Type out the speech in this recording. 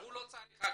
הוא לא צריך הגנה.